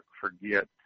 forget